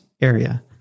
area